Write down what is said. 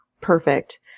perfect